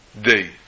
day